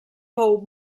fou